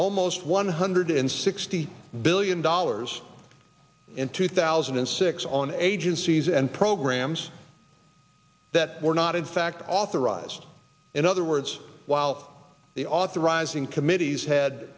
almost one hundred sixty billion dollars in two thousand and six on agencies and programs that were not in fact authorized in other words while the authorizing committees had